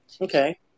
Okay